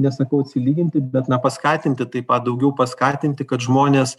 nesakau atsilyginti bet na paskatinti taip pat daugiau paskatinti kad žmonės